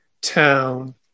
town